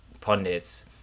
pundits